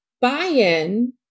buy-in